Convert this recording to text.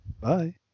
bye